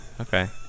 Okay